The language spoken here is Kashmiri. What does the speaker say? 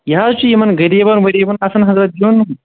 یہِ حظ چھُ یِمَن غریٖبَن ؤریٖبَن آسان حضرت دِیُن